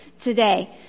today